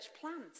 plants